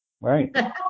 right